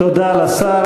תודה לשר.